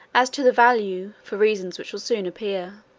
as to the value, for reasons which will soon appear.